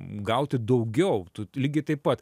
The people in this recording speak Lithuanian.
gauti daugiau tu lygiai taip pat